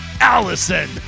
allison